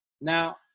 now